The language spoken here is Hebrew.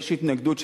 יש התנגדות של